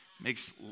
makes